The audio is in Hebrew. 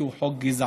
כי הוא חוק גזעני,